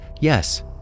yes